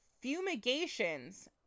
fumigations